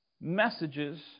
messages